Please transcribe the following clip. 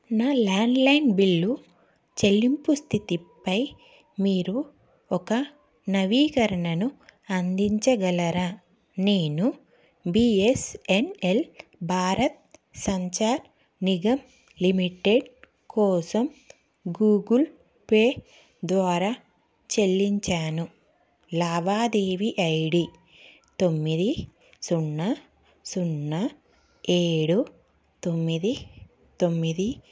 నా landline bill చెల్లింపు స్థితి పై మీరు ఒక నవీకరణను అందించగలరా నేను బిఎస్ఎన్ఎల్ భారత్ సంచార్ నిగమ్ లిమిటెడ్ కోసం గూగుల్ పే ద్వారా చెల్లించాను లావాదేవీ ఐడి తొమ్మిది సున్నా సున్నా ఏడు తొమ్మిది తొమ్మిది